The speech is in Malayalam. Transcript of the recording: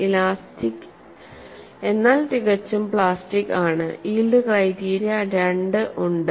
ഇലാസ്റ്റിക് എന്നാൽ തികച്ചും പ്ലാസ്റ്റിക്ക് ആണ് യീൽഡ് ക്രൈറ്റീരിയ രണ്ട് ഉണ്ട്